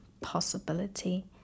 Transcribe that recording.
possibility